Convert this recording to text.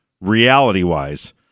reality-wise